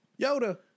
Yoda